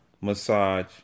massage